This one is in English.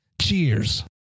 Cheers